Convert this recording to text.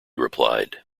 replied